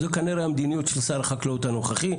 זו כנראה המדיניות של שר החקלאות הנוכחי,